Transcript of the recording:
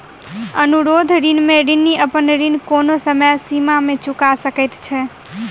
अनुरोध ऋण में ऋणी अपन ऋण कोनो समय सीमा में चूका सकैत छै